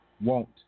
wont